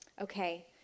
okay